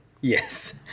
Yes